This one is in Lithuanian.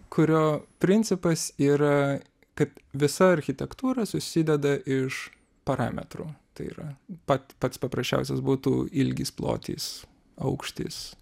kurio principas yra kad visa architektūra susideda iš parametrų tai yra pat pats paprasčiausias būtų ilgis plotis aukštis